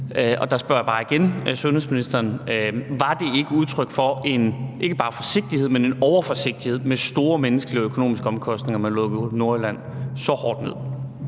udtryk for ikke bare en forsigtighed, men en overforsigtighed med store menneskelige og økonomiske omkostninger, at man lukkede Nordjylland så hårdt ned?